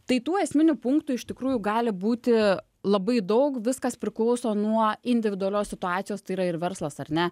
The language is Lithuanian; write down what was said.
tai tų esminių punktų iš tikrųjų gali būti labai daug viskas priklauso nuo individualios situacijos tai yra ir verslas ar ne